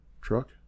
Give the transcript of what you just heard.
truck